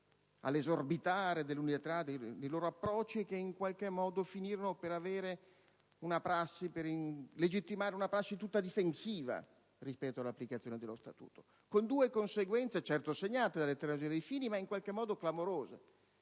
all'esorbitare dell'unità degli approcci, che in qualche modo finirono per legittimare una prassi tutta difensiva rispetto all'applicazione dello Statuto. Due furono le conseguenze, certo segnate dell'eterogenesi dei fini, ma in qualche modo clamorose.